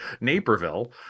naperville